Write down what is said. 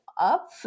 up